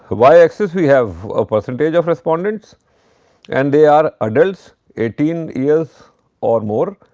y axis, we have a percentage of respondents and they are adults eighteen years or more.